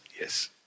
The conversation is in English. Yes